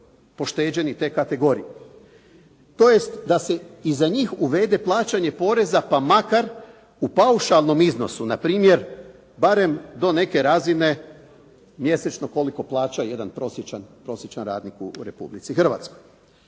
pošteđeni te kategorije. To jest da se i za njih uvede plaćanje poreza pa makar u paušalnom iznosu, npr. do neke razine mjesečno koliko plaća jedan prosječan radnik u Republici Hrvatskoj.